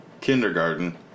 kindergarten